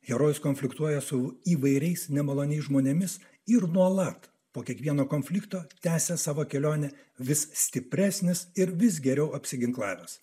herojus konfliktuoja su įvairiais nemaloniais žmonėmis ir nuolat po kiekvieno konflikto tęsia savo kelionę vis stipresnis ir vis geriau apsiginklavęs